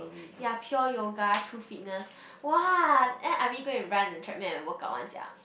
ya pure yoga True Fitness !wah! then I really go and run on treadmill and workout one sia